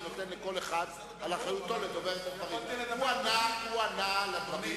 נדמה לי שלא היה עוד בתולדות הכנסת דיון